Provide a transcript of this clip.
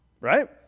right